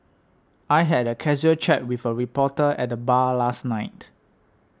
I had a casual chat with a reporter at the bar last night